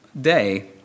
Day